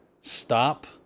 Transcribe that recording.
stop